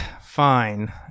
fine